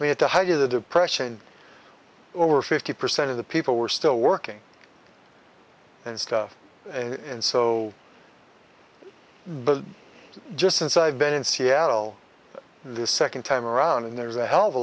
we had to hire the depression over fifty percent of the people were still working and stuff and so but just since i've been in seattle the second time around and there's a hell of a